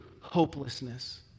hopelessness